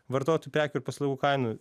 vartotojų prekių ir paslaugų kainų